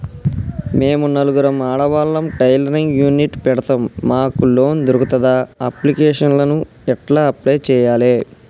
మేము నలుగురం ఆడవాళ్ళం టైలరింగ్ యూనిట్ పెడతం మాకు లోన్ దొర్కుతదా? అప్లికేషన్లను ఎట్ల అప్లయ్ చేయాలే?